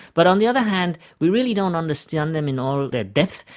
but on the other hand we really don't understand them in all their depth,